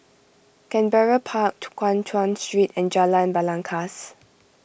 Canberra Park Guan Chuan Street and Jalan Belangkas